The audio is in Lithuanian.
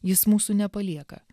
jis mūsų nepalieka